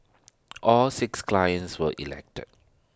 all six clients were elected